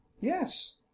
Yes